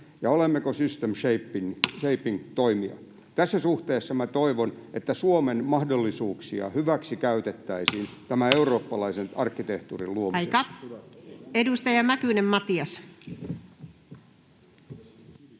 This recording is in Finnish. ja olemmeko system shaping ‑toimija? Tässä suhteessa minä toivon, että Suomen mahdollisuuksia hyväksikäytettäisiin tämän eurooppalaisen arkkitehtuurin luomiseksi. Edustaja Mäkynen, Matias. Arvoisa